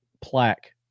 plaque